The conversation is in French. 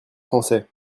français